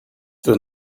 the